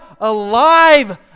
alive